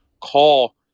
call